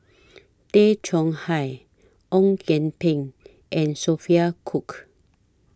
Tay Chong Hai Ong Kian Peng and Sophia Cooke